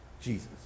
Jesus